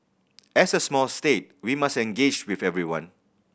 as a small state we must engage with everyone